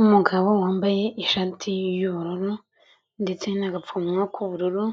Umugabo wambaye ishati y'ubururu ndetse n'agapfukamunwa k'ubururu,